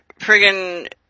friggin